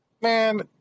man